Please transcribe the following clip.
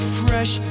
fresh